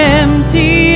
empty